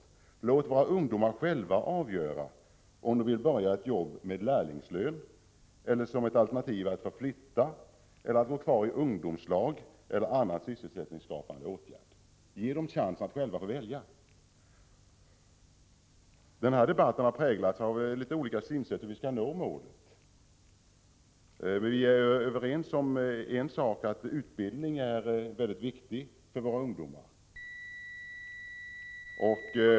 Låt alltså våra ungdomar själva avgöra om de skall börja med lärlingslön, om de skall flytta, om de skall vara kvar i ett ungdomslag eller om de skall vara föremål för någon annan sysselsättningsskapande åtgärd! Ge dem chans att själva få välja! Denna debatt har präglats av olika synsätt i fråga om hur målet skall nås. Vi är överens om en sak, nämligen att utbildning är mycket viktig för våra ungdomar.